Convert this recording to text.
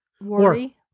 Worry